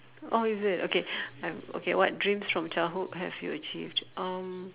oh is it okay I've okay what dreams from childhood have you achieved um